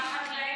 זה החקלאים.